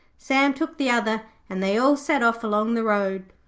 sam took the other, and they all set off along the road.